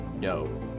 No